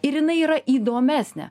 ir jinai yra įdomesnė